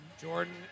Jordan